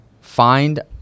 find